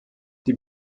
die